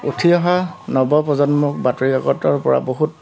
উঠি অহা নৱপ্ৰজন্মক বাতৰি কাকতৰ পৰা বহুত